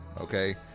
okay